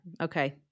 Okay